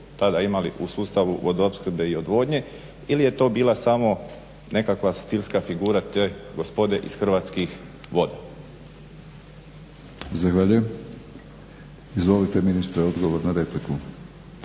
tada imali u sustavu vodoopskrbe i odvodnje ili je to bila samo nekakva stilska figura te gospode iz Hrvatskih voda. **Batinić, Milorad (HNS)** Zahvaljujem. Izvolite ministre odgovor na repliku.